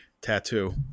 tattoo